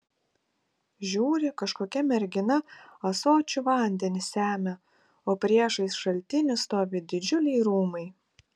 žiūri kažkokia mergina ąsočiu vandenį semia o priešais šaltinį stovi didžiuliai rūmai